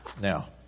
Now